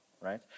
right